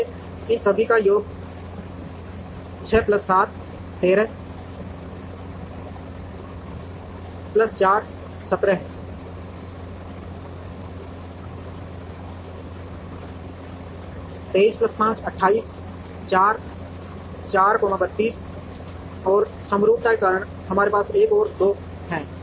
इसलिए इन सभी का योग 6 प्लस 7 13 प्लस 4 17 है 23 प्लस 5 28 प्लस 4 32 और समरूपता के कारण हमारे पास एक और दो हैं